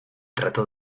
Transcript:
trato